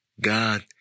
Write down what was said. God